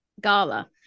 gala